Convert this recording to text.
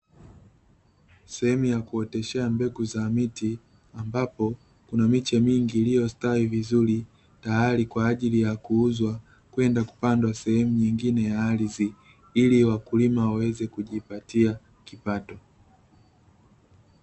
Sehemu ya kuoteshea mbegu za miti, ambapo kuna miche mingi iliyostawi vizuri, tayari kwa ajili ya kuuzwa kwenda kupandwa sehemu nyingine ya ardhi, ili wakulima waweze kujipatia kipato.